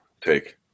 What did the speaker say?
take